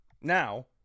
now